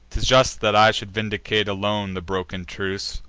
t is just that i should vindicate alone the broken truce,